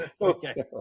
Okay